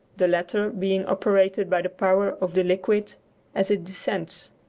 the latter being operated by the power of the liquid as it descends.